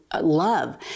love